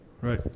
Right